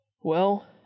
Well